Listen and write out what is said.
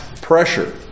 pressure